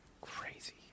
Crazy